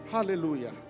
hallelujah